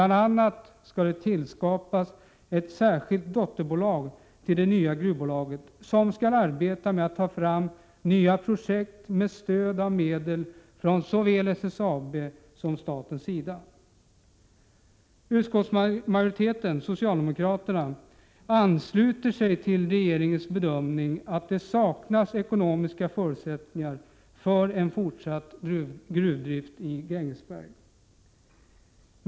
a. skall det till det nya gruvbolaget skapas ett särskilt dotterbolag, som skall arbeta med att ta fram nya projekt med stöd av medel från såväl SSAB som staten. Utskottsmajoriteten, socialdemokraterna, ansluter sig till regeringens bedömning att det saknas ekonomiska förutsättningar för en fortsatt gruvdrift i Grängesberg.